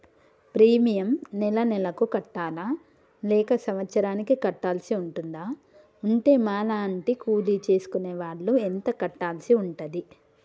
Premium నెల నెలకు కట్టాలా లేక సంవత్సరానికి కట్టాల్సి ఉంటదా? ఉంటే మా లాంటి కూలి చేసుకునే వాళ్లు ఎంత కట్టాల్సి ఉంటది?